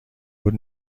بود